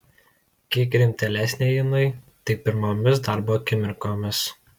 kiek rimtėlesnė jinai tik pirmomis darbo akimirkomis